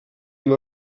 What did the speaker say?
amb